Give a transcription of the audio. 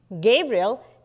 Gabriel